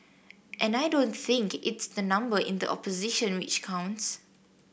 and I don't think it's the number in the opposition which counts